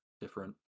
different